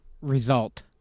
result